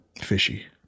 Fishy